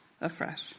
afresh